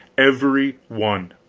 every one!